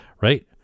right